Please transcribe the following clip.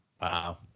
Wow